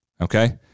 Okay